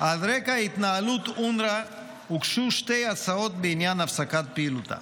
על רקע התנהלות אונר"א הוגשו שתי הצעות בעניין הפסקת פעילותה.